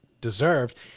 deserved